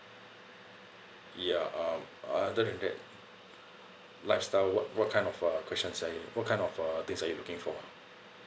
ya um other than that lifestyle what what kind of uh questions are you loo~ what kind of uh things are you looking for